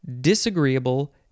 disagreeable